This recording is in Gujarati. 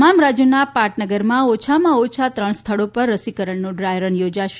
તમામ રાજ્યોના પાટનગરમાં ઓછામાં ઓછા ત્રણ સ્થળો પર રસીકરણનો ડ્રાય રન યોજાશે